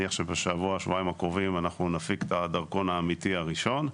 שבשבוע-שבועיים הקרובים אנחנו נפיק את הדרכון האמיתי הראשון.